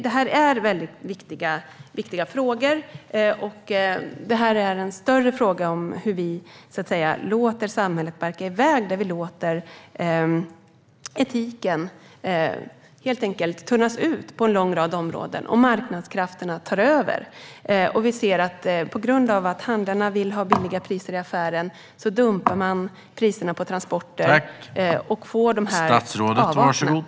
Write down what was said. Det här är en större fråga som handlar om hur vi låter samhället barka iväg, att vi helt enkelt låter etiken tunnas ut på en lång rad områden, och marknadskrafterna tar över. På grund av att handlarna vill kunna ha billiga priser i affärerna dumpar man priserna på transporter. Därmed får vi de här avarterna.